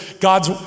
God's